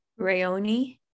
Rayoni